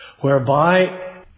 whereby